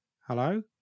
hello